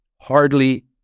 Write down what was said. hardly